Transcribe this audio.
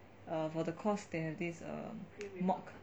err for the course there was this mock